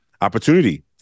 opportunity